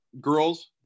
girls